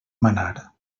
manar